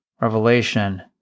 Revelation